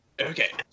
Okay